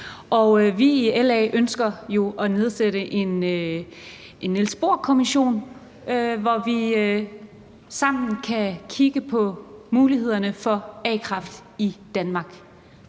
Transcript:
I LA ønsker vi jo at nedsætte en Niels Bohr-kommission, hvor vi sammen kan kigge på mulighederne for a-kraft i Danmark.